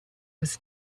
was